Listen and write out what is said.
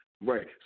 Right